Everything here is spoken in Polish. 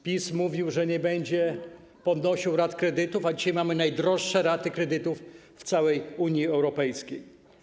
PiS mówił, że nie będzie podnosił rat kredytów, a dzisiaj mamy najwyższe raty kredytów w całej Unii Europejskiej.